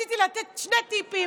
רציתי לתת רק שני טיפים.